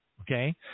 okay